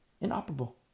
Inoperable